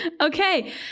Okay